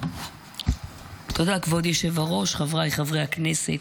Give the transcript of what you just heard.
תודה כבוד היושב-ראש, חבריי חברי הכנסת,